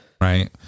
Right